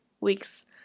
weeks